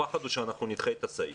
הפחד הוא שאנחנו נדחה את התקנה.